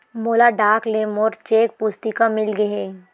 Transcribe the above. मोला डाक ले मोर चेक पुस्तिका मिल गे हे